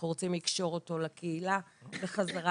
אנחנו רוצים לקשור אותו לקהילה בחזרה,